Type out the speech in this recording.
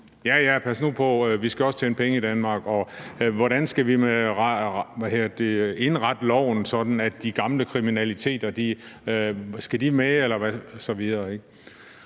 Ja, ja, pas nu på, vi skal også tjene penge i Danmark, og hvordan skal vi indrette loven, og skal de gamle tilfælde af